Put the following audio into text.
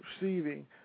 receiving